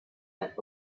but